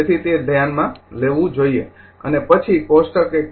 તેથી તે ધ્યાનમાં લેવું જોઈએ અને પછી કોષ્ટક ૧